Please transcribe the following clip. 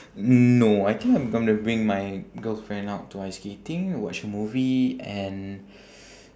no I think I'm gonna bring my girlfriend out to ice skating watch movie and